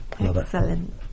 Excellent